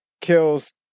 kills